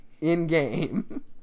in-game